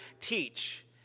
teach